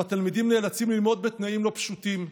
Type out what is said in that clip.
שבה תלמידים נאלצים ללמוד בתנאים לא פשוטים,